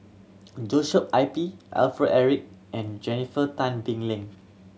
Joshua I P Alfred Eric and Jennifer Tan Bee Leng